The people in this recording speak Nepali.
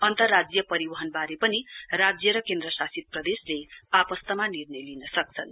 अन्तर्राज्य परिवहानबारे पनि राज्य र केन्द्र शासित प्रदेशले आपस्तमा निर्णय लिन सक्छन्